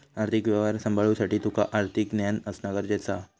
आर्थिक व्यवहार सांभाळुसाठी तुका आर्थिक ज्ञान असणा गरजेचा हा